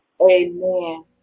Amen